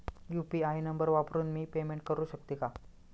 UPI number वापरून मी payment करू शकते का?